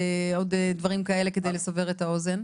ועוד דברים כאלה כדי לסבר את האוזן.